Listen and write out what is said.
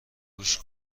گوش